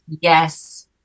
yes